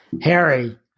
Harry